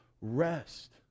rest